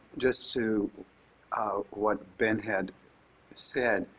just to what ben had said.